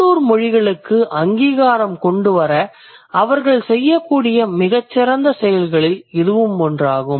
உள்ளூர் மொழிகளுக்கு அங்கீகாரம் கொண்டுவர அவர்கள் செய்யக்கூடிய மிகச்சிறந்த செயல்களில் இதுவும் ஒன்றாகும்